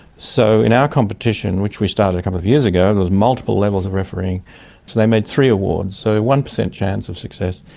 so in our competition, which we started a couple of years ago, there multiple levels of refereeing, so they made three awards, so a one percent chance of success.